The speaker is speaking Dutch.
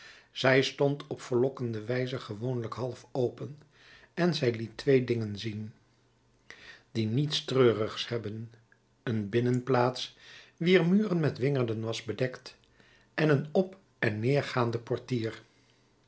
zij stond op verlokkende wijze gewoonlijk halfopen en zij liet twee dingen zien die niets treurigs hebben een binnenplaats wier muren met wingerden was bedekt en een op en neergaanden portier